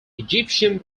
egyptian